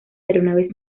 aeronaves